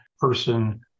person